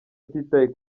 batitaye